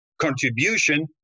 contribution